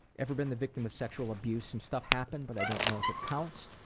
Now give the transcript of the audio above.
ever been the victim of sexual abuse some stuff happened, but i don't know if it counts.